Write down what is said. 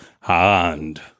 hand